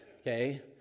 okay